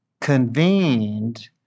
convened